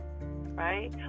right